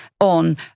on